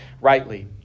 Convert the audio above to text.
rightly